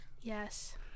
Yes